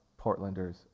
Portlanders